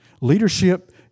Leadership